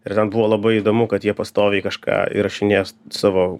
ir ten buvo labai įdomu kad jie pastoviai kažką įrašinėjo savo